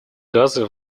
газы